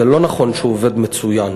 זה לא נכון שהוא עובד מצוין.